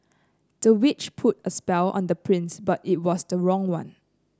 the witch put a spell on the prince but it was the wrong one